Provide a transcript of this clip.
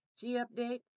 G-Update